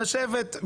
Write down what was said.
לפתוח את הצעת החוק